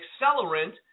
accelerant